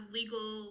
legal